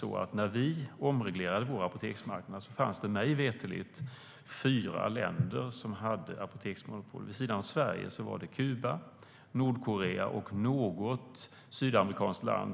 När vi började omreglera vår apoteksmarknad fanns det mig veterligt fyra länder som hade apoteksmonopol. Vid sidan av Sverige var det Kuba, Nordkorea och något sydamerikanskt land.